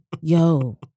Yo